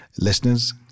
Listeners